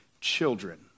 children